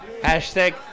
Hashtag